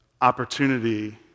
opportunity